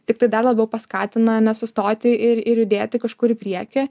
tiktai dar labiau paskatina nesustoti ir ir judėti kažkur į priekį